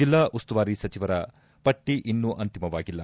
ಜಿಲ್ಲಾ ಉಸ್ತುವಾರಿ ಸಚಿವರ ಪಟ್ಟ ಇನ್ನೂ ಅಂತಿಮವಾಗಿಲ್ಲ